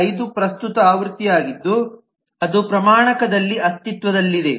5 ಪ್ರಸ್ತುತ ಆವೃತ್ತಿಯಾಗಿದ್ದು ಅದು ಪ್ರಮಾಣಕದಲ್ಲಿ ಅಸ್ತಿತ್ವದಲ್ಲಿದೆ